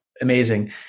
amazing